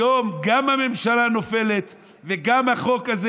היום גם הממשלה נופלת וגם החוק הזה,